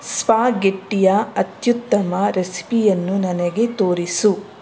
ಸ್ಪಾಗೆಟ್ಟಿಯ ಅತ್ಯುತ್ತಮ ರೆಸ್ಪಿಯನ್ನು ನನಗೆ ತೋರಿಸು